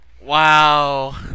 Wow